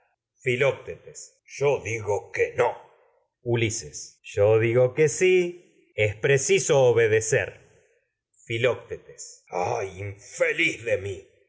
ha filoctetes yo digo que que no ulises yo digo si es preciso obedecer filoctetes ay infeliz de mi